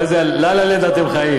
באיזה "לה-לה-לנד" אתם חיים?